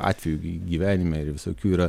atvejų gyvenime ir visokių yra